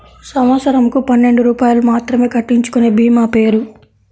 సంవత్సరంకు పన్నెండు రూపాయలు మాత్రమే కట్టించుకొనే భీమా పేరు?